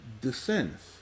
descends